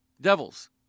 Devils